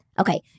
Okay